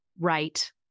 right